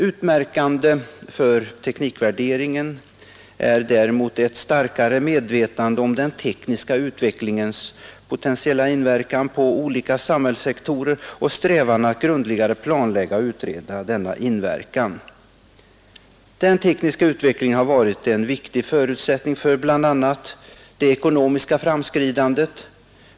Utmärkande för teknikvärderingen är däremot ett starkare medvetande om den tekniska utvecklingens potentiella inverkan på olika samhällssektorer och strävan att grundligare klarlägga och utreda denna inverkan. nisk utveckling nisk utveckling Den tekniska utvecklingen har varit en viktig förutsättning för bl.a. det ekonomiska framåtskridandet.